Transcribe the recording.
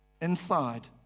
inside